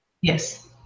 Yes